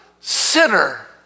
sinner